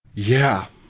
yeah.